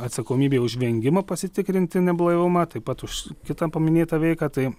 atsakomybei už vengimą pasitikrinti neblaivumą taip pat už kitą paminėtą veiką tai